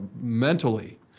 mentally